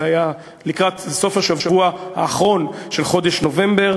זה היה לקראת סוף השבוע האחרון של חודש נובמבר,